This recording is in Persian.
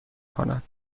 کند